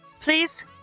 please